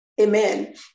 Amen